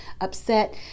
upset